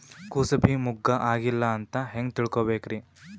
ಕೂಸಬಿ ಮುಗ್ಗ ಆಗಿಲ್ಲಾ ಅಂತ ಹೆಂಗ್ ತಿಳಕೋಬೇಕ್ರಿ?